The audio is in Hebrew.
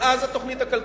מאז התוכנית הכלכלית,